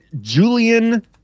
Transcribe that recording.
Julian